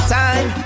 time